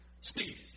Steve